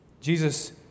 Jesus